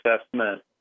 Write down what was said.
assessment